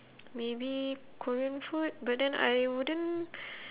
maybe korean food but then I wouldn't